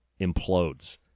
implodes